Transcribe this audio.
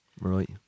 Right